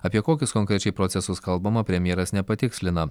apie kokius konkrečiai procesus kalbama premjeras nepatikslina